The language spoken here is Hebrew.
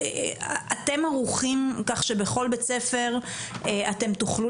אתם ערוכים כך שבכל בית בית ספר אתם תוכלו